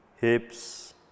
hips